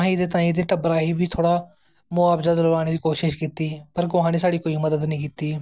असैं एह्दे तांई ते टब्बरा गी बा थोह्ड़ा मोआबजा दलवानें दी कोशिश कीती ही पर कुसा नै साढ़ी कोई मदद नी कीती